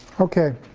okay.